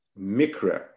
mikra